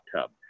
tub